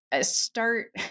start